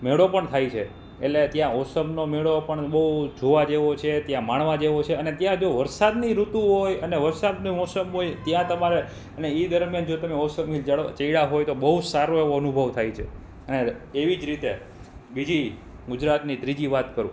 મેળો પણ થાય છે એટલે ત્યાં ઓસમનો મેળો પણ બહુ જોવા જેવો છે ત્યાં માણવા જેવો છે અને ત્યાં જો વરસાદની ઋતુ હોય અને વરસાદની મોસમ હોય ત્યાં તમારે અને એ દરમ્યાન જો તમે ઓસમે ચડ્યા હોય તો બહુ સારો એવો અનુભવ થાય છે અને એવી જ રીતે બીજી ગુજરાતની ત્રીજી વાત કરું